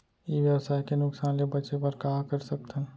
ई व्यवसाय के नुक़सान ले बचे बर का कर सकथन?